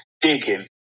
digging